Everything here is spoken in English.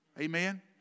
Amen